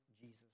Jesus